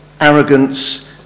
arrogance